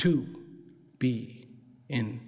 to be in